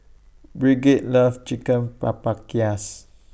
Brigid loves Chicken